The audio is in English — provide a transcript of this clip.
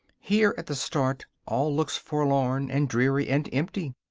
here, at the start, all looks forlorn, and dreary, and empty.